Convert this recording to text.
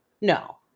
no